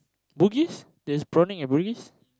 Bugis there's prawning at Bugis